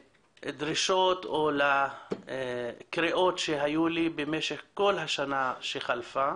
לדרישות או לקריאות שהיו לי במשך כל השנה שחלפה